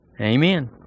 Amen